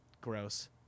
gross